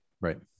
right